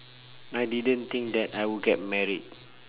I didn't think that I would get married